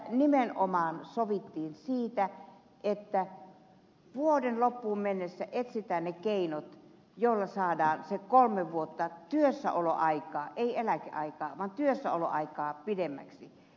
tässä nimenomaan sovittiin siitä että vuoden loppuun mennessä etsitään ne keinot joilla saadaan se kolme vuotta työssäoloaikaa ei eläkeaikaa vaan työssäoloaikaa pidemmäksi